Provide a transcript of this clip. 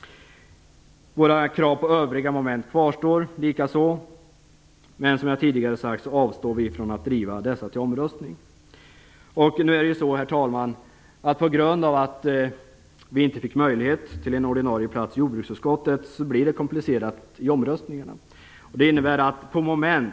det. Våra krav under övriga moment kvarstår likaså, men som jag tidigare sagt avstår vi från att driva dessa till omröstning. På grund av att vi inte fick en ordinarie plats i jordbruksutskottet blir det komplicerat i omröstningarna, herr talman.